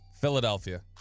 Philadelphia